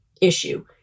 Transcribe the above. issue